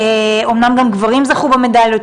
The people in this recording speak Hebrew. אמנם גם גברים זכו במדליות,